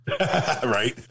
right